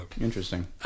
interesting